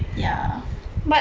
ya